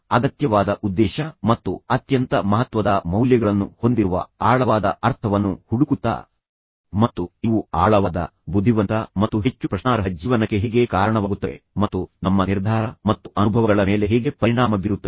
ಆದ್ದರಿಂದ ಅಗತ್ಯವಾದ ಉದ್ದೇಶ ಮತ್ತು ಅತ್ಯಂತ ಮಹತ್ವದ ಮೌಲ್ಯಗಳನ್ನು ಹೊಂದಿರುವ ಆಳವಾದ ಅರ್ಥವನ್ನು ಹುಡುಕುತ್ತಾ ಮತ್ತು ಇವು ಆಳವಾದ ಬುದ್ಧಿವಂತ ಮತ್ತು ಹೆಚ್ಚು ಪ್ರಶ್ನಾರ್ಹ ಜೀವನಕ್ಕೆ ಹೇಗೆ ಕಾರಣವಾಗುತ್ತವೆ ಮತ್ತು ನಮ್ಮ ನಿರ್ಧಾರ ಮತ್ತು ಅನುಭವಗಳ ಮೇಲೆ ಹೇಗೆ ಪರಿಣಾಮ ಬೀರುತ್ತವೆ